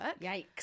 Yikes